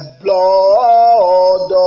blood